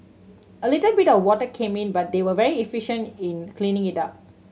a little bit of water came in but they were very efficient in cleaning it up